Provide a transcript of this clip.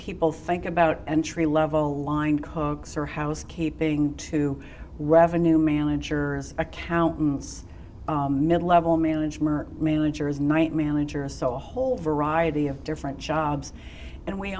people think about entry level line cokes or housekeeping to revenue manager accountants mid level management managers night manager and so a whole variety of different jobs and we